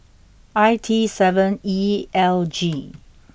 I T seven E L G